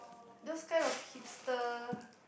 those kind of hipster